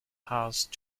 house